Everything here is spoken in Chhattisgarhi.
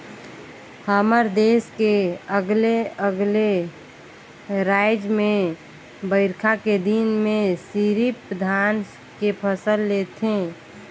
हमर देस के अलगे अलगे रायज में बईरखा के दिन में सिरिफ धान के फसल ले थें